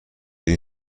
این